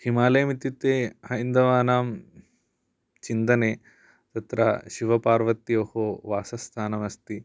हिमालयम् इत्युक्ते हैन्दवानां चिन्तने तत्र शिवपार्वत्योः वासस्थानम् अस्ति